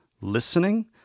listening